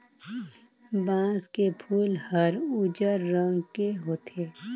बांस के फूल हर उजर रंग के होथे